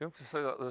to say that,